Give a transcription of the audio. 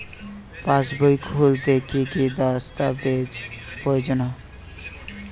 পাসবই খুলতে কি কি দস্তাবেজ প্রয়োজন?